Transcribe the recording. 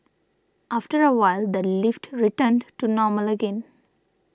after a while the lift returned to normal again